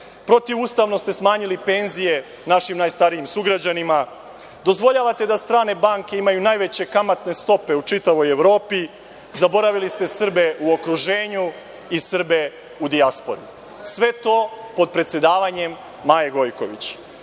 protivustavno ste smanjili penzije našim najstarijim sugrađanima, dozvoljavate da strane banke imaju najveće kamatne stope u čitavoj Evropi, zaboravili ste Srbe u okruženju i Srbe u dijaspori. Sve to potpredsedavanjem Maje Gojković. Mislim